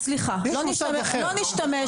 סליחה, לא נשתמש.